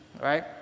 right